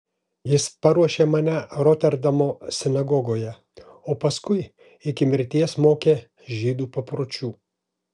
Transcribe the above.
jis paruošė mane roterdamo sinagogoje o paskui iki mirties mokė žydų papročių